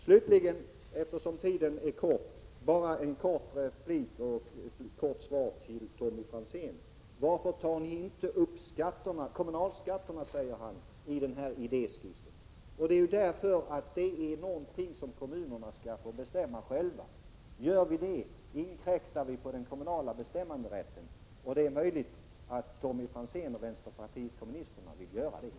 Slutligen, eftersom det är knappt om tid, bara en kort replik till Tommy Franzén. Han frågar varför vi inte tar upp kommunalskatterna i idéskissen. Jo, det är för att kommunalskatterna är något som kommunerna skall få bestämma själva. Går vi in här så inkräktar vi på den kommunala bestämmanderätten. Det är möjligt att Tommy Franzén och vänsterpartiet kommunisterna vill göra det.